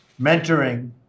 mentoring